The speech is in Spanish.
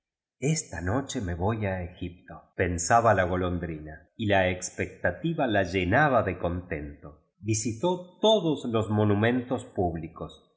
esta noche me voy a egipto pensaba la golondrinay la espectativa la llenaba de conten to visitó todos los monumentos públicos